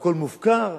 והכול מופקר,